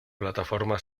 plataforma